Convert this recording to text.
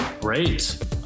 Great